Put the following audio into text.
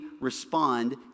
respond